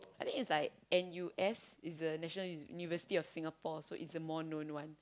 I think it's like N_U_S it's the national university of Singapore so it's the more known one